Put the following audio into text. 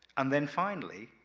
and then finally,